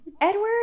Edward